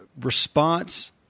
response